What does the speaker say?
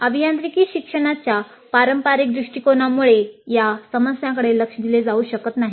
अभियांत्रिकी शिक्षणाच्या पारंपारिक दृष्टिकोनामुळे या समस्यांकडे लक्ष दिले जाऊ शकत नाही